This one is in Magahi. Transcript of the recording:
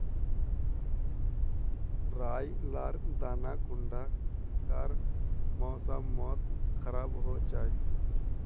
राई लार दाना कुंडा कार मौसम मोत खराब होचए?